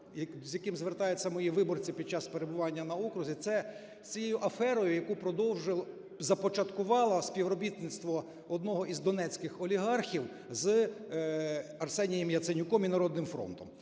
з яким звертаються мої виборці під час перебування на окрузі, це з цією аферою, яку започаткувало співробітництво одного із донецьких олігархів з Арсенієм Яценюком і "Народним фронтом".